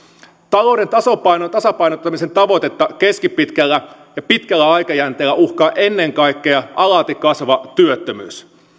talouden tasapainottamisen tavoitetta keskipitkällä ja pitkällä aikajänteellä uhkaa ennen kaikkea alati kasvava työttömyys